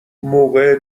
موقع